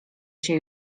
się